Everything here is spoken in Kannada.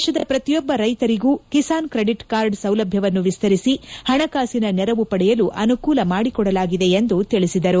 ದೇಶದ ಪ್ರತಿಯೊಬ್ಬ ರೈತರಿಗೂ ಕಿಸಾನ್ ಕ್ರೆಡಿಟ್ ಕಾರ್ಡ್ ಸೌಲಭ್ಯವನ್ನು ವಿಸ್ತರಿಸಿ ಹಣಕಾಸಿನ ನೆರವು ಪಡೆಯಲು ಅನುಕೂಲ ಮಾಡಿಕೊಡಲಾಗಿದೆ ಎಂದು ತಿಳಿಸಿದರು